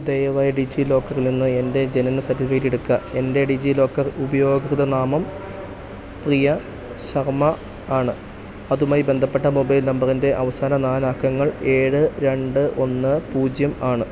ദയവായി ഡിജിലോക്കറിൽ നിന്ന് എൻ്റെ ജനന സർട്ടിഫിക്കറ്റ് എടുക്കുക എൻ്റെ ഡിജിലോക്കർ ഉപയോക്തൃനാമം പ്രിയ ശർമ്മയാണ് അതുമായി ബന്ധപ്പെട്ട മൊബൈൽ നമ്പറിൻ്റെ അവസാന നാലക്കങ്ങൾ ഏഴ് രണ്ട് ഒന്ന് പൂജ്യം ആണ്